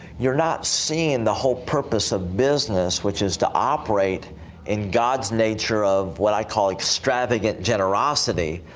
you're not seeing the whole purpose of business, which is to operate in god's nature of what i call extravagant generosity,